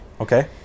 Okay